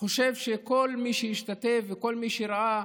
חושב שכל מי שהשתתף וכל מי שראה